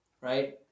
right